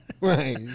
Right